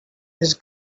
his